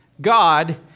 God